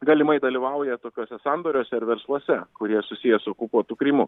galimai dalyvauja tokiuose sandoriuose ir versluose kurie susiję su okupuotu krymu